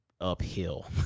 uphill